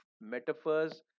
metaphors